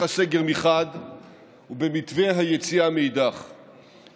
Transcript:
הסגר מחד גיסא ובמתווה היציאה מאידך גיסא.